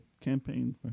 campaign